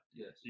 yes